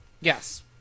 Yes